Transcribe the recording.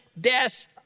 death